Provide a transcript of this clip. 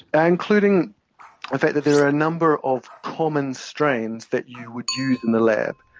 and including the fact that there are a number of common strains that you would use in the lab,